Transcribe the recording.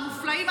המופלאים,